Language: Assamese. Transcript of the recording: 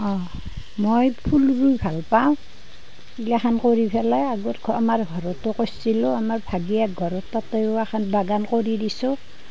মই ফুল ৰুই ভাল পাওঁ এইগিলাখন কৰি পেলাই আগত আমাৰ ঘৰতো কৰিছিলোঁ আমাৰ ঘৰত তাতো এখন বাগান কৰি দিছোঁ